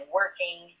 working